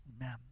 Amen